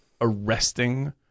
arresting